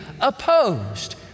opposed